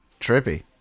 trippy